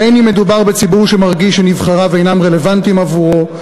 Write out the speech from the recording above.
בין שמדובר בציבור שמרגיש שנבחריו אינם רלוונטיים עבורו,